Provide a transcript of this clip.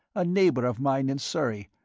a neighbour of mine in surrey.